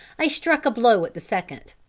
i struck a blow at the second.